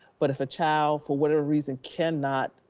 but if a child, for whatever reason cannot